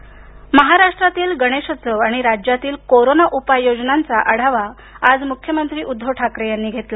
उद्धव ठाकरे महाराष्ट्रातील गणेशोत्सव आणि राज्यातील कोरोना उपाययोजना यांचा आढावा आज मुख्यमंत्री उद्धव ठाकरे यांनी घेतला